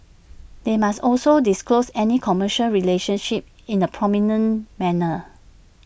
they must also disclose any commercial relationships in A prominent manner